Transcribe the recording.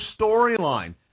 storyline